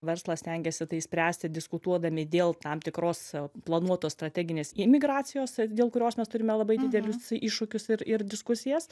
verslas stengiasi tai išspręsti diskutuodami dėl tam tikros planuotos strateginės imigracijos dėl kurios mes turime labai didelius iššūkius ir ir diskusijas